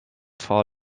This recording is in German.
vor